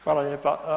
Hvala lijepa.